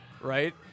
right